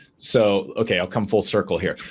so, okay i've come full circle here.